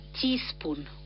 teaspoon